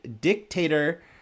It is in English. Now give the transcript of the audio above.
dictator